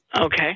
Okay